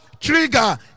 trigger